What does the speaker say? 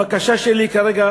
הבקשה שלי כרגע,